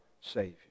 Savior